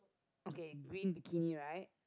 okay green bikini right